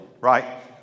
right